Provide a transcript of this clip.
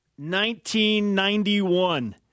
1991